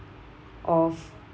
of